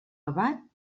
abat